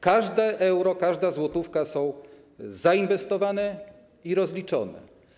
Każde euro, każda złotówka zostały zainwestowane i rozliczone.